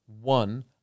one